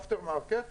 after market,